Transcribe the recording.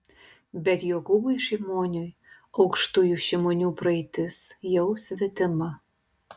bet jokūbui šimoniui aukštųjų šimonių praeitis jau svetima